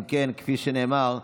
אם כן, כפי שנאמר,